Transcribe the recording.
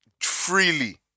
freely